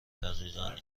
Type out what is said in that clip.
دقیقن